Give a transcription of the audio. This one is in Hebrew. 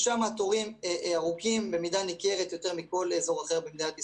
שם התורים ארוכים במידה ניכרת יותר מכל אזור אחר במדינת ישראל,